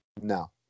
no